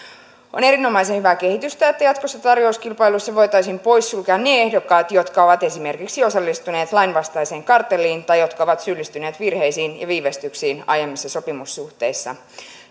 on erinomaisen hyvää kehitystä että jatkossa tarjouskilpailuissa voitaisiin poissulkea ne ehdokkaat jotka ovat esimerkiksi osallistuneet lainvastaiseen kartelliin tai jotka ovat syyllistyneet virheisiin ja viivästyksiin aiemmissa sopimussuhteissa